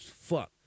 fuck